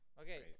Okay